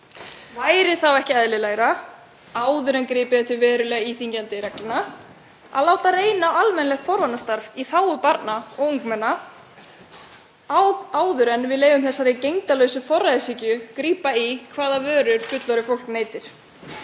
Væri þá ekki eðlilegra, áður en gripið er til verulega íþyngjandi reglna, að láta reyna á almennilegt forvarnastarf í þágu barna og ungmenna áður en við leyfum þessari gegndarlausu forræðishyggju að grípa inn í hvaða vörur fullorðið fólk neytir?